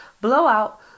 blowout